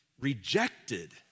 rejected